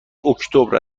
اکتبر